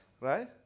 right